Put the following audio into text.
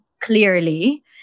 clearly